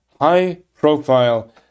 high-profile